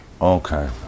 Okay